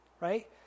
right